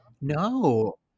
No